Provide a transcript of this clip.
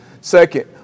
second